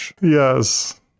yes